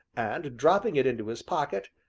and, dropping it into his pocket,